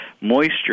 moisture